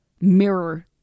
mirror